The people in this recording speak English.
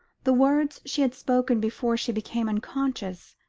the words she had spoken before she became unconscious,